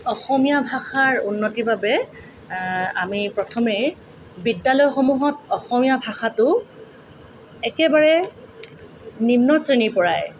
অসমীয়া ভাষাৰ উন্নতিৰ বাবে আমি প্ৰথমেই বিদ্যালয়সমূহত অসমীয়া ভাষাটো একেবাৰে নিম্ন শ্ৰেণীৰপৰাই